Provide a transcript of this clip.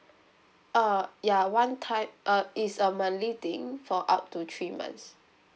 uh ya one time uh it's a monthly thing for up to three months